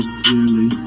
clearly